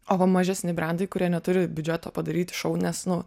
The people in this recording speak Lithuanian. o va mažesni brendai kurie neturi biudžeto padaryti šou nes nu